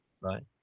right